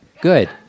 good